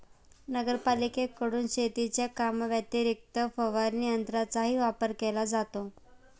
नगरपालिकेकडून शेतीच्या कामाव्यतिरिक्त फवारणी यंत्राचाही वापर केला जातो